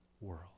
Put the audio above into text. world